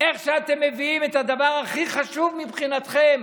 איך שאתם מביאים את הדבר הכי חשוב מבחינתכם,